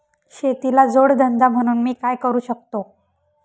शेतीला जोड धंदा म्हणून मी काय करु शकतो?